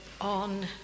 on